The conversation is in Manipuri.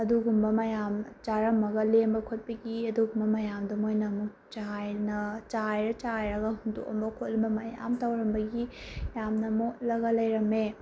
ꯑꯗꯨꯒꯨꯝꯕ ꯃꯌꯥꯝ ꯆꯥꯔꯝꯃꯒ ꯂꯦꯝꯕ ꯈꯣꯠꯄꯒꯤ ꯑꯗꯨꯒꯨꯝꯕ ꯃꯌꯥꯝꯗꯣ ꯃꯣꯏꯅ ꯑꯃꯨꯛ ꯆꯥꯏꯗꯅ ꯆꯥꯏꯔ ꯆꯥꯏꯔꯒ ꯍꯨꯟꯗꯣꯛꯑꯝꯕ ꯈꯣꯠꯂꯝꯕ ꯃꯌꯥꯝ ꯇꯧꯔꯝꯕꯒꯤ ꯌꯥꯝꯅ ꯃꯣꯠꯂꯒ ꯂꯩꯔꯝꯃꯦ